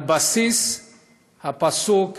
על בסיס הפסוק